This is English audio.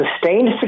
sustained